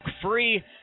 free